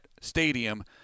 stadium